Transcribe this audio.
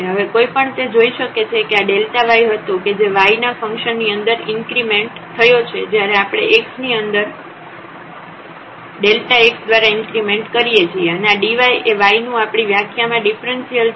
હવે કોઈ પણ તે જોઈ શકે છે કે આ y હતો કે જે y ના ફંકશન ની અંદર ઇન્ક્રીમેન્ટ થયો છે જ્યારે આપણે x ની અંદર x દ્વારા ઇન્ક્રીમેન્ટ કરીએ છીએ અને આ dy એ y નું આપણી વ્યાખ્યામાં ડિફ્રન્સિઅલ છે